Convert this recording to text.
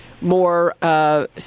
more